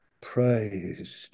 Praised